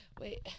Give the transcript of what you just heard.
Wait